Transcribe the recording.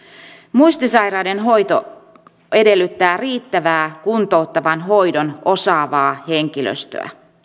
muistisairaiden hoito edellyttää riittävää kuntouttavan hoidon osaavaa henkilöstöä